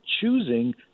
choosing